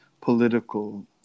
political